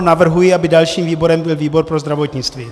Navrhuji, aby dalším výborem byl výbor pro zdravotnictví.